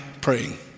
praying